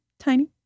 tiny